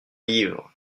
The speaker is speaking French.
livre